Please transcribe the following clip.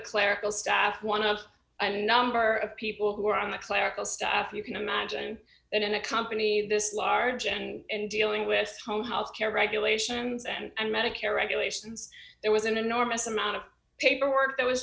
clerical staff one of a number of people who are on the clerical staff you can imagine and in a company this large and dealing with home health care regulations and medicare regulations there was an enormous amount of paperwork that was